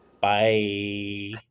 bye